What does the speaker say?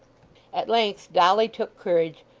at length dolly took courage,